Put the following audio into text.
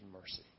mercy